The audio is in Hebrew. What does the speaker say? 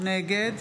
נגד